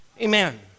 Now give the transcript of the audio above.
Amen